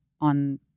on